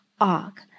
og